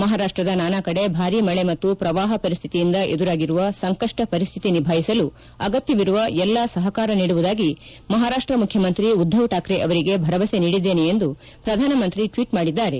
ಮಹಾರಾಷ್ಟದ ನಾನಾ ಕಡೆ ಭಾರಿ ಮಳೆ ಮತ್ತು ಪ್ರವಾಪ ಪರಿಸ್ಥಿತಿಯಿಂದ ಎದುರಾಗಿರುವ ಸಂಕಷ್ಟ ಪರಿಸ್ಥಿತಿ ನಿಭಾಯಿಸಲು ಅಗತ್ತವಿರುವ ಎಲ್ಲಾ ಸಹಕಾರ ನೀಡುವುದಾಗಿ ಮಹಾರಾಷ್ಟ ಮುಖ್ಯಮಂತ್ರಿ ಉದ್ಧವ್ ಕಾಕ್ರೆ ಅವರಿಗೆ ಭರವಸೆ ನೀಡಿದ್ದೇನೆ ಎಂದು ಪ್ರಧಾನಮಂತ್ರಿ ಟ್ವೀಟ್ ಮಾಡಿದ್ದಾರೆ